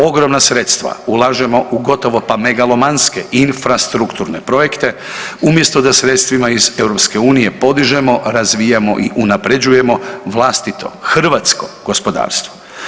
Ogromna sredstva ulažemo u gotovo pa megalomanske infrastrukturne projekte umjesto da sredstvima iz EU podižemo, razvijamo i unapređujemo vlastito hrvatsko gospodarstvo.